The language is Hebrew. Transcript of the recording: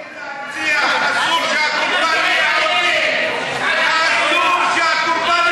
ההצעה להסיר מסדר-היום את הצעת חוק הנצחת זכרם של קורבנות